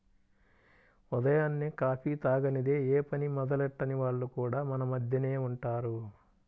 ఉదయాన్నే కాఫీ తాగనిదె యే పని మొదలెట్టని వాళ్లు కూడా మన మద్దెనే ఉంటారు